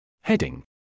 Heading